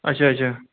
اچھا اچھا